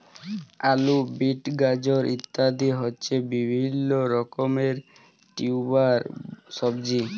আলু, বিট, গাজর ইত্যাদি হচ্ছে বিভিল্য রকমের টিউবার সবজি